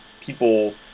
people